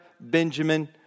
Benjamin